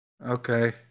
Okay